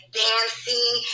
dancing